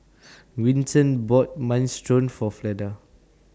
Winton bought Minestrone For Fleda